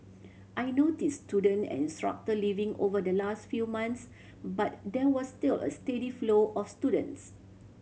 I notice student and structor leaving over the last few months but there was still a steady flow of students